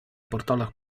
portalach